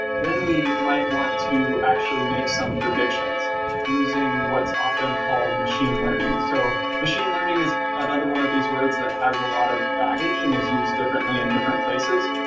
then, we might want to actually make some predictions using what's often called machine learning. so machine learning is another one of these words that has a lot of baggage and is used differently in different places.